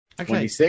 Okay